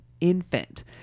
infant